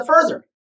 further